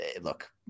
look